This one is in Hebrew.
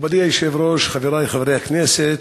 מכובדי היושב-ראש, חברי חברי הכנסת,